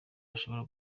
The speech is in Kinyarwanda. bashobora